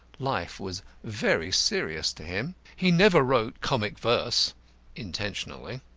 life was very serious to him. he never wrote comic verse intentionally.